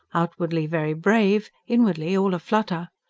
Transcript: outwardly very brave, inwardly all a-flutter.